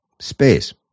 space